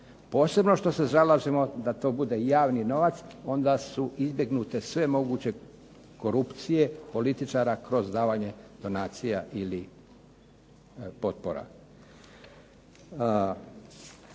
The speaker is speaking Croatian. posebno što se zalažemo da to bude javni novac. Onda su izbjegnute sve moguće korupcije političara kroz davanje donacija ili potpora.